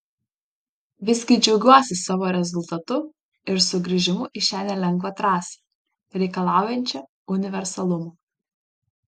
visgi džiaugiuosi savo rezultatu ir sugrįžimu į šią nelengvą trasą reikalaujančią universalumo